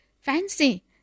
Fancy